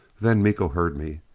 then miko heard me.